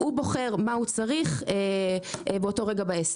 הוא בוחר מה הוא צריך באותו רגע בעסק.